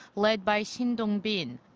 led by shin dong-bin.